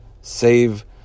Save